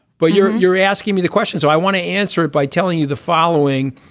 but you're you're asking me the question so i want to answer it by telling you the following.